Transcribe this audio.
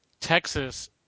Texas